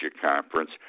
conference